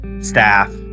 staff